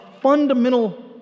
fundamental